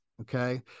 Okay